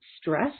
stress